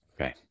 Okay